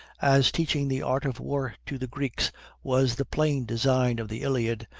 as teaching the art of war to the greeks was the plain design of the iliad,